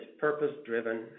purpose-driven